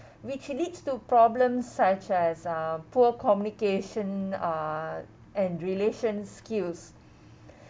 which leads to problems such as uh poor communication uh and relation skills